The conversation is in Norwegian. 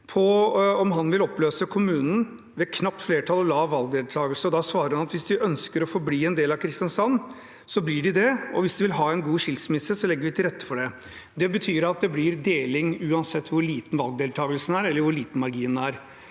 om han vil oppløse kommunen ved et knapt flertall og lav valgdeltakelse. Da svarer han at hvis de ønsker å forbli en del av Kristiansand, så blir de det, og hvis de vil ha en god skilsmisse, så legger vi til rette for det. Det betyr at det blir deling uansett hvor liten valgdeltakelsen er, eller hvor liten marginen er.